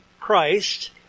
Christ